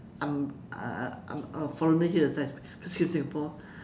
I'm uh I'm a foreigner here that's why first time I came to Singapore